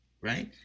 right